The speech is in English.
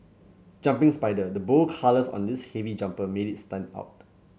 jumping spider the bold colours on this heavy jumper made it stand out